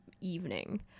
evening